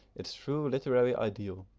its true literary ideal.